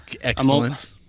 excellent